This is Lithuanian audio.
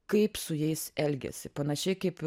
kaip su jais elgiasi panašiai kaip